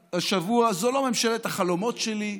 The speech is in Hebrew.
השבוע: זו לא ממשלת החלומות שלי.